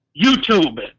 YouTube